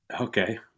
okay